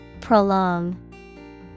Prolong